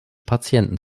patienten